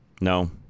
No